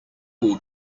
will